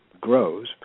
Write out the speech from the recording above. grows